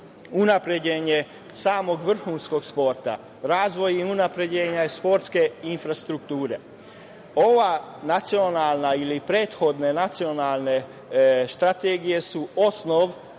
unapređenje samog vrhunskog sporta, razvoj i unapređenje sportske infrastrukture. Ova nacionalna ili prethodne nacionalne strategije su osnov